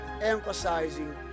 emphasizing